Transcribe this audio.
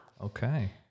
Okay